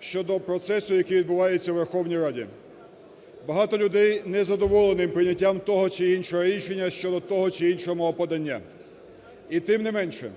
щодо процесу, який відбувається у Верховній Раді. Багато людей незадоволені прийняттям того чи іншого рішення щодо того чи іншого мого подання. І тим не менше,